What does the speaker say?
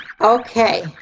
okay